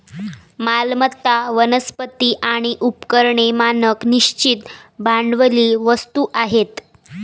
मालमत्ता, वनस्पती आणि उपकरणे मानक निश्चित भांडवली वस्तू आहेत